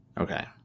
okay